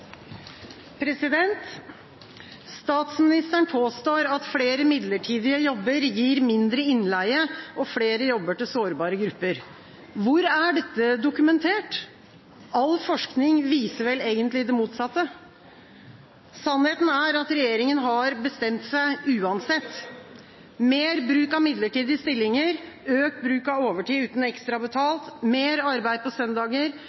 måte. Statsministeren påstår at flere midlertidige jobber gir mindre innleie og flere jobber til sårbare grupper. Hvor er dette dokumentert? All forskning viser vel egentlig det motsatte. Sannheten er at regjeringa har bestemt seg uansett – mer bruk av midlertidige stillinger, økt bruk av overtid uten ekstra betalt, mer arbeid på søndager